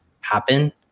happen